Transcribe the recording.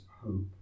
hope